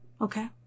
Okay